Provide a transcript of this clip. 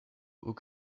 aux